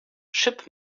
ship